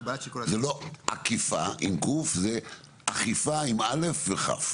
לא זה לא עקיפה עם ק', זה אכיפה עם א' וכ'.